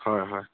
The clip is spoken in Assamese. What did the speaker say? হয় হয়